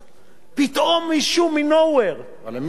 פתאום משום, מ-nowhere, אבל עם מי אתה מתווכח?